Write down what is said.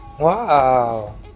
Wow